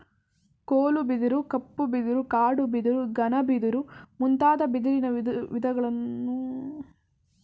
ಕೋಲು ಬಿದಿರು, ಕಪ್ಪು ಬಿದಿರು, ಕಾಡು ಬಿದಿರು, ಘನ ಬಿದಿರು ಮುಂತಾದ ಬಿದಿರಿನ ವಿಧಗಳನ್ನು ಕಾಣಬೋದು